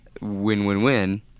win-win-win